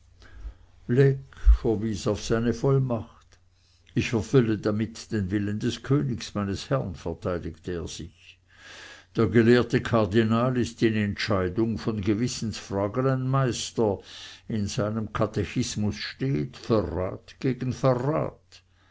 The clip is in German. seine vollmacht ich erfülle damit den willen des königs meines herrn verteidigte er sich der gelehrte kardinal ist in entscheidung von gewissensfragen ein meister in seinem katechismus steht verrat gegen verrat